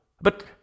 But